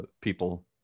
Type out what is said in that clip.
people